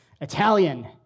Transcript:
Italian